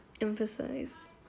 emphasize